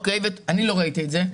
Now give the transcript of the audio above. אני לא ראיתי את זה.